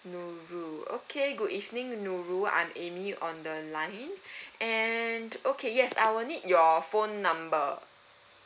nurul okay good evening nurul I'm amy on the line and okay yes I will need your phone number